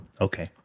Okay